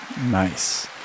Nice